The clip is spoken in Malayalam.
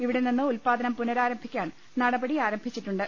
ഇവിടങ്ങളിൽ നിന്ന് ഉത്പാദനം പുനഃ രാരംഭിക്കാൻ നടപടി ആരംഭിച്ചിട്ടുണ്ട്